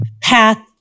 path